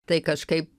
tai kažkaip